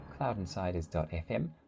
cloudinsiders.fm